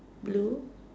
blue